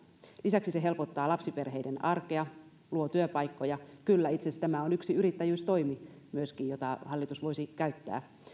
lisäksi se helpottaa lapsiperheiden arkea luo työpaikkoja kyllä itse asiassa tämä on yksi yrittäjyystoimi myöskin jota hallitus voisi käyttää